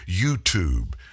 YouTube